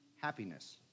happiness